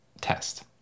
test